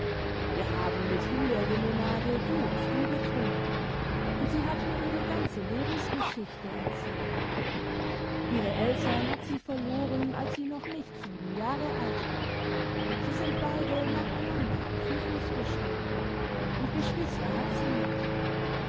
wir haben mit himbeerllmonade du und du getrunken und sie hat mir ihre ganze lebensgeschichte erzählt ihre eltern hat sie verloren als sie noch nicht sieben jahre alt war sie sind beide nacheinander am typhus gestorben und geschwister hat sie nicht